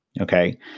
okay